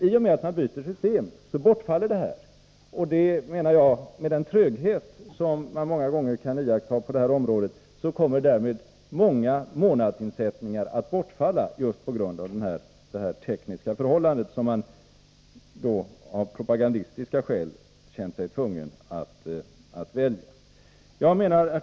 I och med att man byter system bortfaller detta, och med den tröghet som man många gånger kan iaktta på det här området kommer därmed många månadsinsättningar att bortfalla. Orsaken är just detta tekniska förfarande som socialdemokraterna av propagandistiska skäl har känt sig tvungna att välja. Herr talman!